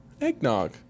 eggnog